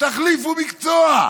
תחליפו מקצוע.